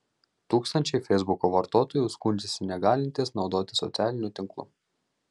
tūkstančiai feisbuko vartotojų skundžiasi negalintys naudotis socialiniu tinklu